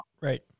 Right